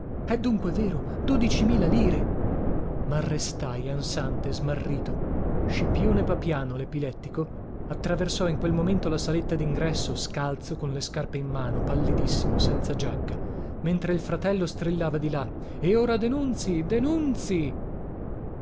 è dunque vero dodici mila lire marrestai ansante smarrito scipione papiano lepilettico attraversò in quel momento la saletta dingresso scalzo con le scarpe in mano pallidissimo senza giacca mentre il fratello strillava di là e ora denunzii denunzii